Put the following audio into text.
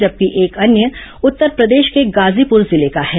जबकि एक अन्य उत्तरप्रदेश के गाजीपुर जिले का है